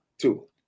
Two